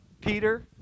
Peter